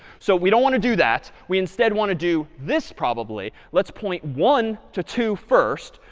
so we don't want to do that. we instead want to do this probably. let's point one to two first,